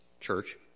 church